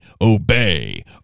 obey